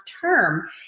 term